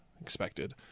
expected